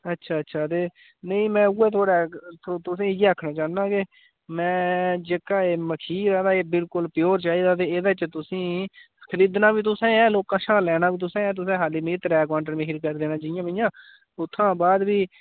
अच्छा अच्छा ते निं में उ'यै थुआढ़े तुसें ई इ'यै आखना चाह्न्ना कि में जेह्का एह् मखीर ऐ ते एह् बिलकुल प्योर चाहिदा ते एह्दे च तुसें ई खरीदना बी तुसें ऐ लोकें शा लैना बी तुसें ऐ तुसें खाल्ली मिगी त्रैऽ क्वांटल मखीर करी देना जि'यां कि'यां उत्थां बाद प्ही